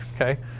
okay